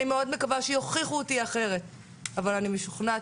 אני מאוד מקווה שיוכיחו אותי אחרת אבל אני משוכנעת,